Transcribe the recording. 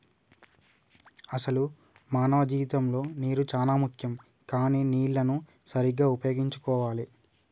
అసలు మానవ జీవితంలో నీరు చానా ముఖ్యం కానీ నీళ్లన్ను సరీగ్గా ఉపయోగించుకోవాలి